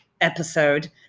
episode